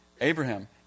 Abraham